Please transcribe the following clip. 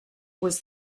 was